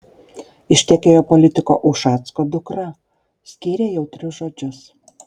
ištekėjo politiko ušacko dukra skyrė jautrius žodžius